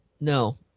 no